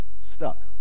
stuck